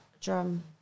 drum